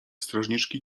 strażniczki